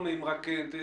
שרה",